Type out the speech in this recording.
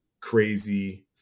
crazy